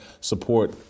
support